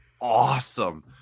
awesome